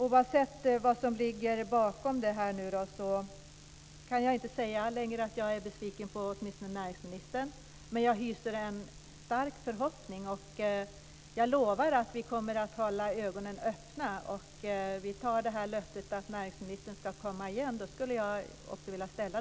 Oavsett vad som ligger bakom det här kan jag inte längre säga att jag är besviken på näringsministern, men jag hyser en stark förhoppning. Jag lovar att vi kommer att hålla ögonen öppna, och vi tar fasta på löftet att näringsministern ska komma igen. Stockholm?